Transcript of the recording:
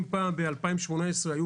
אם ב-2018 היו